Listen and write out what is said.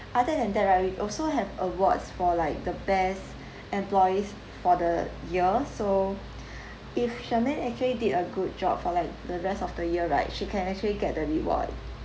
other than that right we also have awards for like the best employees for the year so if charmaine actually did a good job for like the rest of the year right she can actually get the reward